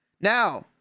Now